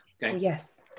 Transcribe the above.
yes